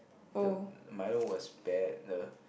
the milo was bad the